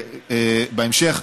בהמשך.